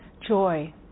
joy